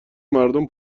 مردم